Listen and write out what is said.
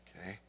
okay